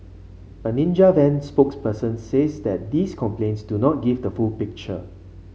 a Ninja Van spokesperson says that these complaints do not give the full picture